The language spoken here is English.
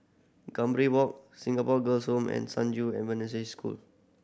Gambir Walk Singapore Girls' Home and San School